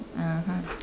(uh huh)